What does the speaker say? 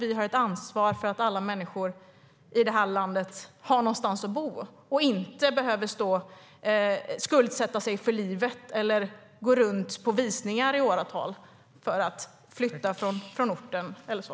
Vi har ett ansvar för att alla människor i det här landet har någonstans att bo och inte behöver skuldsätta sig för livet eller gå runt på visningar i åratal för att flytta från orten eller så.